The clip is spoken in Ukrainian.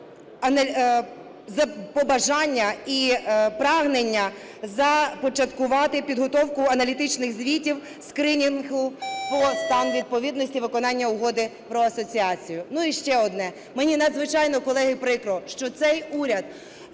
побажання і прагнення започаткувати підготовку аналітичних звітів, скринінгу про стан відповідності виконання Угоди про асоціацію. Ну, і ще одне. Мені надзвичайно, колеги, прикро, що цей уряд,